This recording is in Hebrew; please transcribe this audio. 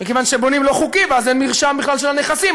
ומכיוון שבונים לא חוקי ואז אין בכלל מרשם של הנכסים,